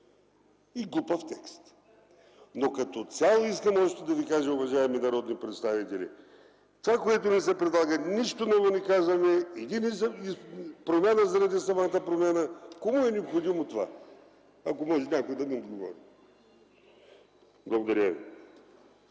и глупав текст. Но като цяло искам още да ви кажа, уважаеми народни представители, че с това, което ни се предлага, нищо ново не казваме. Това е промяна заради самата промяна. Кому е необходимо това? Ако може, нека някой да ми отговори. Благодаря ви.